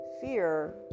fear